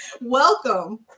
Welcome